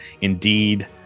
indeed